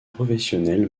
professionnel